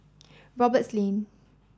Roberts Lane